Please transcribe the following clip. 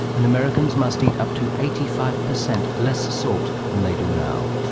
and americans must eat up to eighty five percent less salt than they do now.